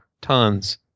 tons